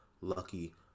lucky